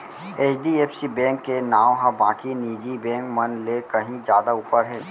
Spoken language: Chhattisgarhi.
एच.डी.एफ.सी बेंक के नांव ह बाकी निजी बेंक मन ले कहीं जादा ऊपर हे